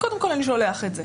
קודם כל אני שולח את זה.